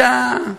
תגיד: